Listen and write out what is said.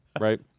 right